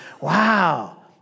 Wow